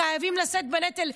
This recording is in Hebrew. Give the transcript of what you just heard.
חייבים לשאת בנטל,